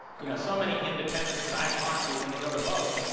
you know so many independents that i talked to when they go to vote,